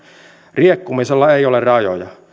riekkumisella ei ole rajoja